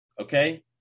Okay